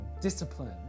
discipline